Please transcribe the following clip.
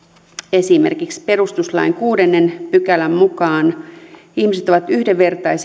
esimerkiksi perustuslain kuudennen pykälän mukaan ihmiset ovat yhdenvertaisia